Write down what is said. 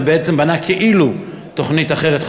ובעצם בנה כאילו תוכנית אחרת,